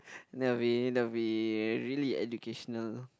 that will be that will be really educational